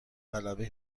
غلبه